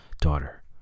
daughter